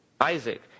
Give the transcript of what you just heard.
Isaac